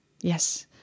Yes